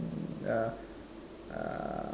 uh